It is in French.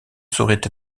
saurait